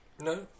No